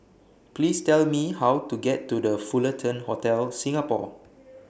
Please Tell Me How to get to The Fullerton Hotel Singapore